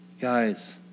Guys